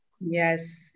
Yes